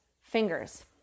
fingers